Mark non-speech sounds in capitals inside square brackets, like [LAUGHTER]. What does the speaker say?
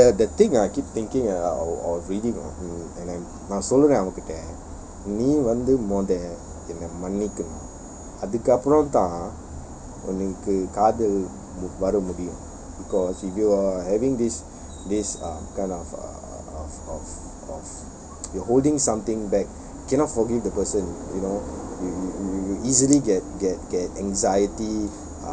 the the thing ah I keep thinking ah of நான் சொல்றென் உன்கிட்ட நீ வந்து முதல்ல என்ன மன்னிக்கனும் அதுக்கப்றம் தான் உனகு காதல் வர முடியும்:naan solrean unkita nee wanthu mudhalla enna mannikkanum athukkapparam than unakku kadal wara mudiyum cause if you're having this this uh kind of uh of of of [NOISE] you're holding something back cannot forgive the person you know you you you you easily get get get anxiety